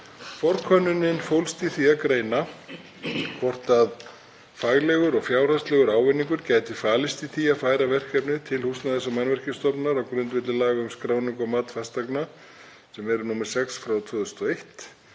Forkönnunin fólst í því að greina hvort faglegur og fjárhagslegur ávinningur gæti falist í því að færa verkefnið til Húsnæðis- og mannvirkjastofnunar á grundvelli laga um skráningu og mat fasteigna, sem eru nr. 6/2001,